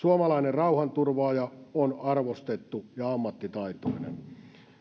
suomalainen rauhanturvaaja on arvostettu ja ammattitaitoinen